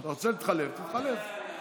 אתה רוצה להתחלף, תתחלף.